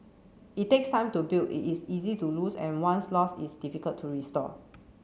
it takes time to build it is easy to lose and once lost is difficult to restore